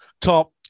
top